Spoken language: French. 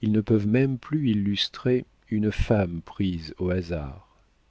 ils ne peuvent même plus illustrer une femme prise au hasard